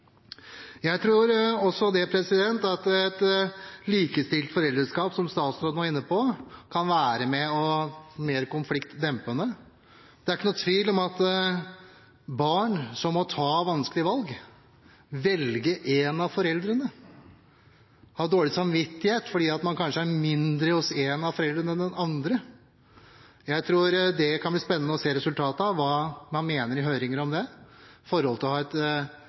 Jeg tror også at et likestilt foreldreskap, som statsråden var inne på, kan være med på å virke konfliktdempende. Det er ikke noen tvil om at barn som må ta vanskelige valg, som må velge en av foreldrene, har dårlig samvittighet fordi man kanskje er mindre hos en av foreldrene enn hos den andre. Det kan bli spennende å se resultatet av det, hva man mener om det i høringen, at foreldrene må ta et større ansvar for å